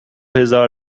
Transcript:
هزار